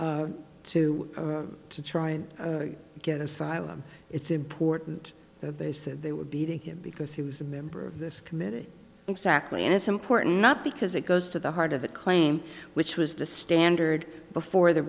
to to try and get asylum it's important they said they were beating him because he was a member of this committee exactly and it's important not because it goes to the heart of a claim which was the standard before the